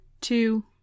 two